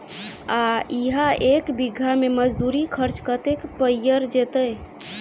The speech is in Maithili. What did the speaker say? आ इहा एक बीघा मे मजदूरी खर्च कतेक पएर जेतय?